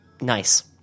Nice